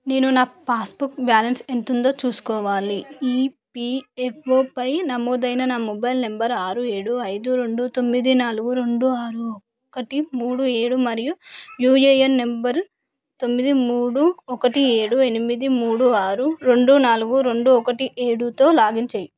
నేను నా passbook balance ఎంతుందో చూసుకోవాలి ఈపియఫ్ఓపై నమోదైన నా మొబైల్ నెంబరు ఆరు ఏడు ఐదు రెండు తొమ్మిది నాలుగు రెండు ఆరు ఒకటి మూడు ఏడు మరియు యూఏఎన్ నెంబరు తొమ్మిది మూడు ఒకటి ఏడు ఎనిమిది మూడు ఆరు రెండు నాలుగు రెండు ఒకటి ఏడుతో లాగిన్ చెయ్యి